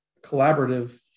collaborative